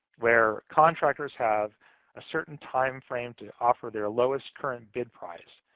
where contractors have a certain timeframe to offer their lowest current bid price,